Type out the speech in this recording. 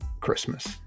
Christmas